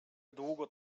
długo